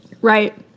Right